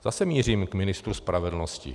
Zase mířím k ministru spravedlnosti.